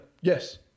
yes